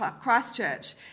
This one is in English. Christchurch